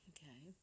Okay